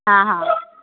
हा हा